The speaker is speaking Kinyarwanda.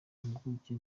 mpuguke